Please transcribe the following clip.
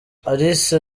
alice